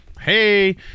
Hey